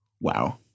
Wow